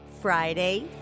friday